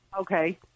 Okay